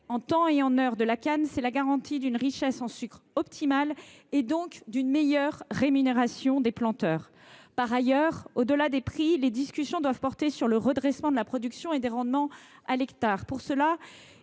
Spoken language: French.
en temps et en heure de la canne est la garantie d’une richesse en sucre optimale et donc d’une meilleure rémunération des planteurs. Par ailleurs, au delà des prix, les discussions doivent porter sur le redressement de la production et des rendements à l’hectare. Il